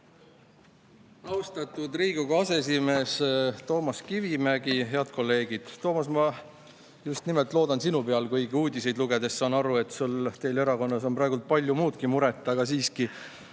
Austatud Riigikogu aseesimees Toomas Kivimägi! Head kolleegid! Toomas, ma just nimelt loodan sinu peale. Ma küll uudiseid lugedes saan aru, et teil on erakonnas praegu palju muudki muret, aga siiski,